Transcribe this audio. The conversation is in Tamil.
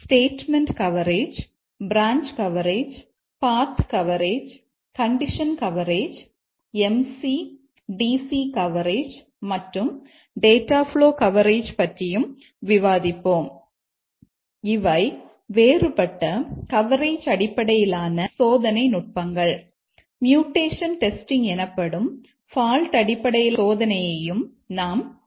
ஸ்டேட்மெண்ட் அடிப்படையிலான சோதனையையும் நாம் விவாதிப்போம்